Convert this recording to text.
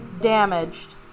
damaged